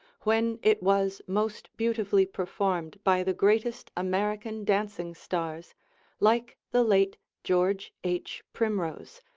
when it was most beautifully performed by the greatest american dancing stars like the late george h. primrose,